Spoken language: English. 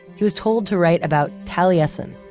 he was told to write about taliesin,